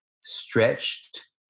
stretched